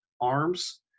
arms